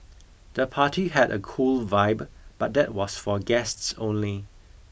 the party had a cool vibe but that was for guests only